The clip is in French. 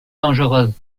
dangereuses